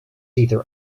either